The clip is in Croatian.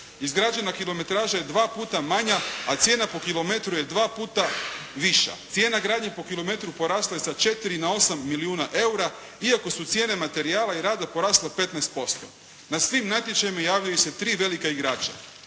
Izgrađena kilometraža je dva puta manja, a cijena po kilometru je dva puta viša. Cijena gradnje po kilometru porasla je sa 4 na 8 milijuna eura, iako su cijene materijala i rada porasla 15%. Na svim natječajima javljaju se tri velika igrača.